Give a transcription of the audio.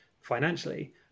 financially